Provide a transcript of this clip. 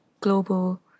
global